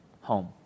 home